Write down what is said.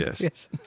Yes